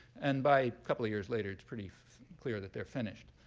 and by a couple of years later, it's pretty clear that they're finished.